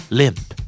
limp